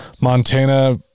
Montana